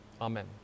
Amen